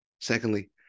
Secondly